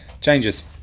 changes